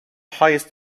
highest